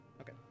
okay